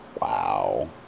Wow